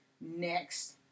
next